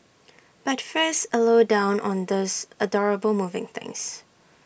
but first A low down on these adorable moving things